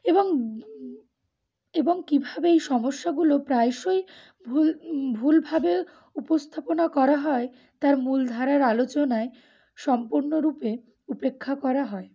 এবং এবং কীভাবে এই সমস্যাগুলো প্রায়শই ভুল ভুলভাবে উপস্থাপনা করা হয় তার মূলধারার আলোচনায় সম্পূর্ণরূপে উপেক্ষা করা হয়